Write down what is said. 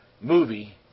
movie